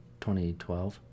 2012